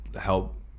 help